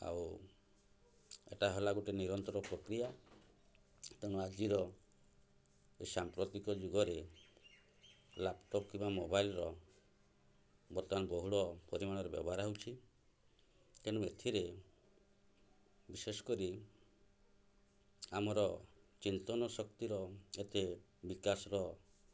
ଆଉ ଏଟା ହେଲା ଗୋଟେ ନିରନ୍ତର ପ୍ରକ୍ରିୟା ତେଣୁ ଆଜିର ଏ ସାମ୍ପ୍ରତିକ ଯୁଗରେ ଲାପଟପ୍ କିମ୍ବା ମୋବାଇଲ୍ର ବର୍ତ୍ତମାନ ବହୁଳ ପରିମାଣରେ ବ୍ୟବହାର ହେଉଛି ତେଣୁ ଏଥିରେ ବିଶେଷ କରି ଆମର ଚିନ୍ତନ ଶକ୍ତିର ଏତେ ବିକାଶର